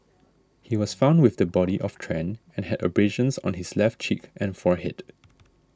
he was found with the body of Tran and had abrasions on his left cheek and forehead